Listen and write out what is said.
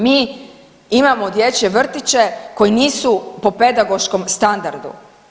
Mi imamo dječje vrtiće koji nisu po pedagoškom standardu.